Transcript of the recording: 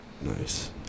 Nice